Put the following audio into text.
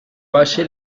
base